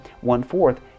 one-fourth